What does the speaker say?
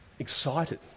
excited